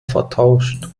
vertauscht